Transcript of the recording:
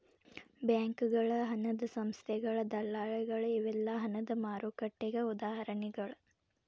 ಬ್ಯಾಂಕಗಳ ಹಣದ ಸಂಸ್ಥೆಗಳ ದಲ್ಲಾಳಿಗಳ ಇವೆಲ್ಲಾ ಹಣದ ಮಾರುಕಟ್ಟೆಗೆ ಉದಾಹರಣಿಗಳ